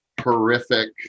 horrific